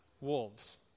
Wolves